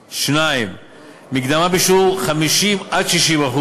2. מקדמה בשיעור 50% 60%,